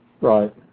Right